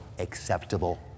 acceptable